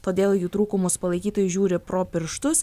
todėl jų trūkumus palaikytojai žiūri pro pirštus